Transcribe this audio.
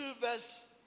verse